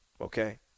okay